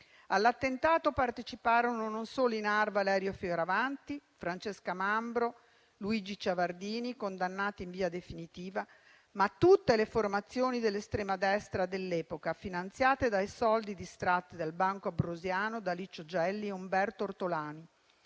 All'attentato parteciparono non solo i NAR Valerio Fioravanti, Francesca Mambro, Luigi Ciavardini (condannati in via definitiva), ma anche tutte le formazioni dell'estrema destra dell'epoca, finanziate dai soldi distratti dal Banco Ambrosiano da Licio Gelli e Umberto Ortolani,